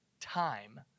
time